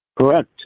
correct